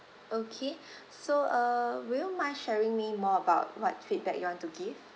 okay so uh would you mind sharing me more about what feedback you want to give